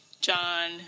John